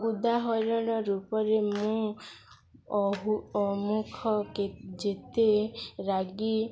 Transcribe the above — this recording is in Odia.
ଉଦାହରଣ ରୂପରେ ମୁଁ ଅହୁ ଅମୁଖ ଯେତେ ରାଗି